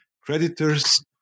creditors